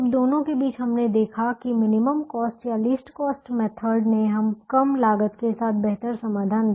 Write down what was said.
अब दोनों के बीच हमने देखा कि मिनिमम कॉस्ट या लीस्ट कॉस्ट मेथड ने कम लागत के साथ बेहतर समाधान दिया